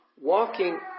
walking